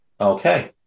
Okay